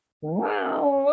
Wow